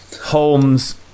Holmes